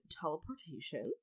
teleportation